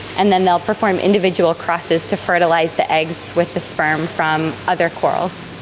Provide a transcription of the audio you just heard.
and then they will perform individual crosses to fertilise the eggs with the sperm from other coralscarl